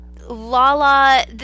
Lala